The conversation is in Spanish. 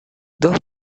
dos